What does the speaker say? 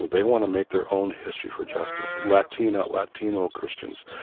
they want to make their own history for justice latino latino christians,